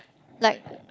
like